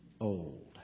old